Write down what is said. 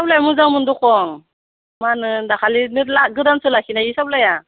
साब्लाया मोजांमोन दखं माहोनो दाखालि गोदानसो लाखिनायबि सब्लाया